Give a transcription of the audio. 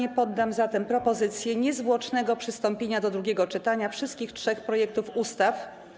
Pod głosowanie poddam zatem propozycję niezwłocznego przystąpienia do drugiego czytania wszystkich trzech projektów ustaw.